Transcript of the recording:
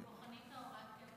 נירה שפק (יש עתיד): אנחנו מוכנים להוראת קבע.